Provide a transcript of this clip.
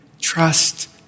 trust